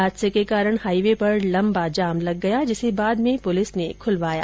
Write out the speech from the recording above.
हादसे के कारण हाईवे पर लम्बा जाम लग गया जिसे बाद में पूलिस ने खूलवा दिया